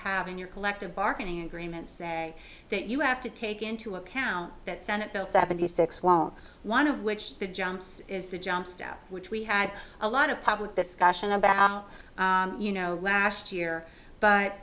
have in your collective bargaining agreements say that you have to take into account that senate bill seventy six want one of which that jumps is the jumps down which we had a lot of public discussion about you know last year but